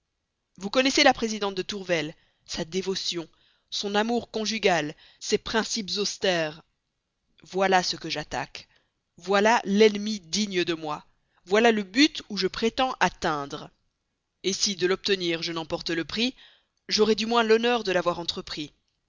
vous connaissez la présidente tourvel sa dévotion son amour conjugal ses principes austères voilà ce que j'attaque voilà l'ennemi digne de moi voilà le but où je prétends atteindre et si de l'obtenir je n'emporte le prix j'aurai du moins l'honneur de l'avoir entrepris